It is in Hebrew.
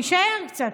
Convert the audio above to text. תישאר קצת.